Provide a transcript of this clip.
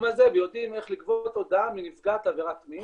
הזה ויודעים איך לגבות הודעה מנפגעת עבירת מין.